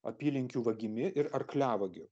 apylinkių vagimi ir arkliavagiu